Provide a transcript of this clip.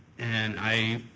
and i